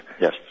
Yes